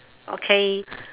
okay